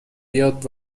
بیاد